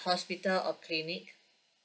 hospital or clinic